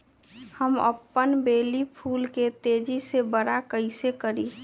हम अपन बेली फुल के तेज़ी से बरा कईसे करी?